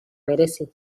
merezi